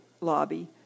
Lobby